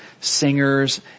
singers